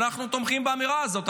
אנחנו תומכים באמירה הזאת,